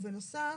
נכון.